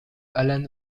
allan